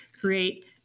create